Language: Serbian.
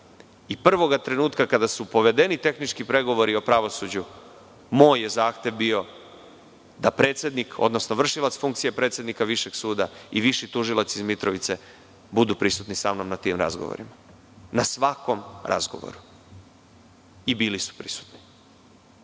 Prvoga trenutka kada su povedeni tehnički pregovori o pravosuđu, moj je zahtev bio da predsednik, odnosno vršilac funkcije predsednika Višeg suda i viši tužilac iz Mitrovice budu prisutni na tim razgovorima, na svakom razgovoru. I bili su prisutni. Dakle,